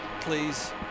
Please